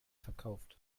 verkauft